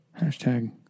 hashtag